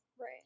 Right